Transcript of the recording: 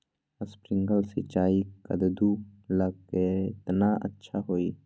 Sprinkler सिंचाई कददु ला केतना अच्छा होई?